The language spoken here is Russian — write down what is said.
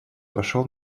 пошёл